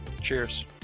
cheers